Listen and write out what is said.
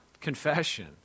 confession